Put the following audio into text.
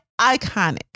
iconic